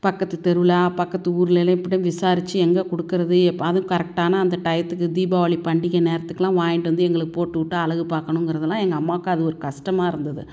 பக்கத்துத் தெருவில் பக்கத்து ஊரிலயெல்லாம் எப்படி விசாரித்து எங்கே கொடுக்குறது எப்போ அதுவும் கரெக்டான அந்த டயத்துக்கு தீபாவளி பண்டிகை நேரத்துக்கெல்லாம் வாங்கிட்டு வந்து எங்களுக்கு போட்டு விட்டு அழகு பார்க்கணுங்கறதலாம் எங்கள் அம்மாவுக்கு அது ஒரு கஷ்டமாக இருந்தது